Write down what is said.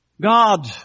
God